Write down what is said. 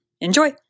Enjoy